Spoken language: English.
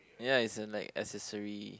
ya it's a like accessory